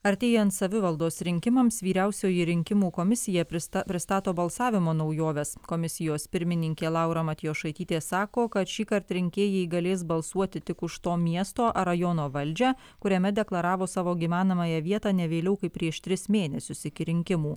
artėjant savivaldos rinkimams vyriausioji rinkimų komisija prista pristato balsavimo naujoves komisijos pirmininkė laura matijošaitytė sako kad šįkart rinkėjai galės balsuoti tik už to miesto rajono valdžią kuriame deklaravo savo gyvenamąją vietą ne vėliau kaip prieš tris mėnesius iki rinkimų